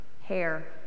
hair